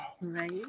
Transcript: Right